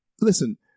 Listen